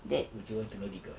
would you want to know dee kosh